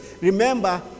Remember